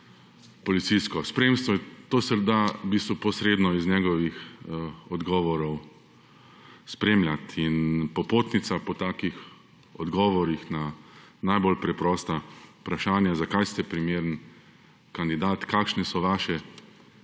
policijsko spremstvo, to se da v bistvu posredno iz njegovih odgovorov spremljati in popotnica po takih odgovorih na najbolj preprosta vprašanja zakaj ste primeren kandidat, kakšne so vaše